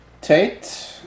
Tate